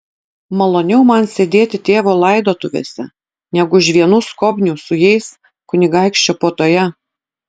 maloniau man sėdėti tėvo laidotuvėse negu už vienų skobnių su jais kunigaikščio puotoje